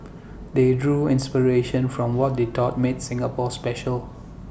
they drew inspiration from what they thought made Singapore special